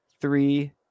three